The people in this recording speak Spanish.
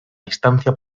distancia